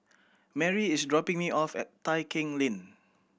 Mary is dropping me off at Tai Keng Lane